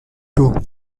too